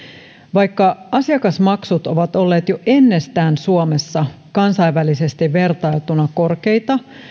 vaikka asiakasmaksut ovat olleet jo ennestään suomessa kansainvälisesti vertailtuna korkeita